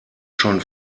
schon